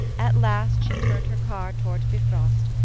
at last she turned her car toward bifrost,